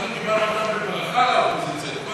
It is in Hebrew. אנחנו קיבלנו אותם בברכה לאופוזיציה.